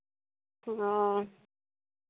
ᱚᱻ